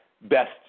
best